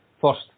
First